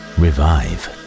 revive